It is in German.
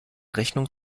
rechnung